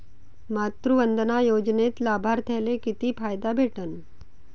मातृवंदना योजनेत लाभार्थ्याले किती फायदा भेटन?